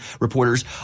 reporters